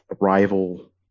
rival